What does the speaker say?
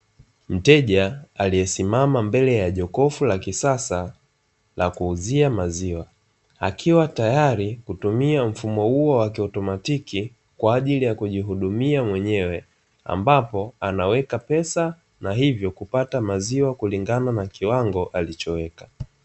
Mteja aliyesimama mbele ya jokofu la kisasa la kuuzia maziwa akiwa tayari kuutumia mfumo huo wa kiautomatiki kwa ajili ya kujihudumia mwenyewe ambapo anaweka pesa na hivyo kupata maziwa kulingana na kiwango alichoweka.